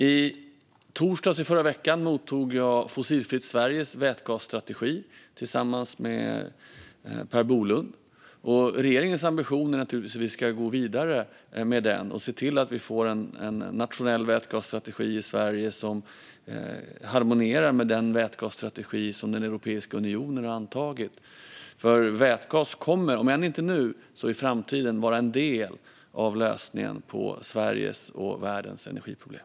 I torsdags förra veckan mottog jag Fossilfritt Sveriges vätgasstrategi tillsammans med Per Bolund. Regeringens ambition är naturligtvis att vi ska gå vidare med den och se till att vi får en nationell vätgasstrategi i Sverige som harmonierar med den vätgasstrategi som Europeiska unionen har antagit. Vätgas kommer, om inte nu så i framtiden, att vara en del av lösningen på Sveriges och världens energiproblem.